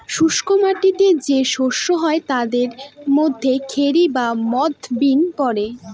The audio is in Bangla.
শুস্ক মাটিতে যে শস্য হয় তাদের মধ্যে খেরি বা মথ, বিন পড়ে